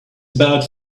about